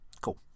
Cool